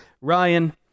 Ryan